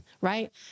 right